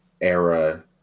era